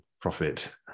profit